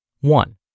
One